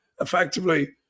effectively